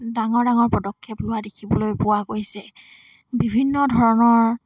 ডাঙৰ ডাঙৰ পদক্ষেপ লোৱা দেখিবলৈ পোৱা গৈছে বিভিন্ন ধৰণৰ